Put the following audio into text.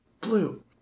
Blue